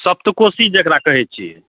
सप्तकोसी जकरा कहै छिए